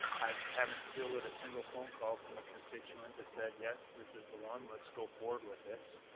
i haven't fielded a single phone call from a constituent that said, yes, this is the one, let's go forward with this.